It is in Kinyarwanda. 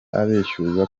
abeshyuza